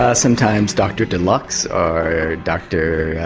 ah sometimes dr deluxe or dr